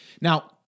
now